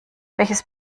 welches